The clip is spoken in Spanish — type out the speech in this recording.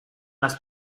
las